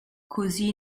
così